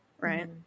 Right